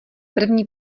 první